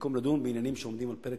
במקום לדון בעניינים שעומדים על הפרק,